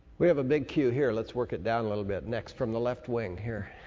we have a big queue here. let's work it down a little bit. next, from the left wing, here.